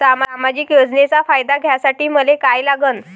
सामाजिक योजनेचा फायदा घ्यासाठी मले काय लागन?